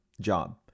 job